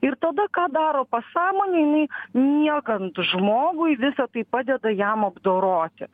ir tada ką daro pasąmonė jinai miegant žmogui visa tai padeda jam apdoroti